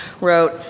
wrote